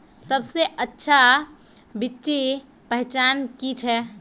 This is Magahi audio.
सबसे अच्छा बिच्ची पहचान की छे?